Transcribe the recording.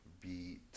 beat